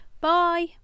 bye